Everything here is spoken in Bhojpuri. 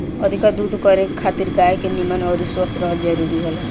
अधिका दूध करे खातिर गाय के निमन अउरी स्वस्थ रहल जरुरी होला